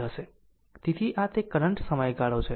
તેથી આ તે કરંટ સમયગાળો છે